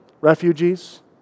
Refugees